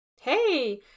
Hey